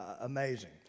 amazing